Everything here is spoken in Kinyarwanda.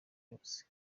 yose